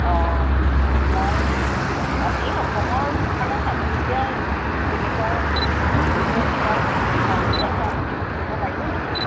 অ মই এই অসমৰ মানে চাবলগীয়া তেনেকুৱা ঐতিহ্য থকা কি মন্দিৰ আছে আপুনি মোক ক'ব পাৰিব নেকি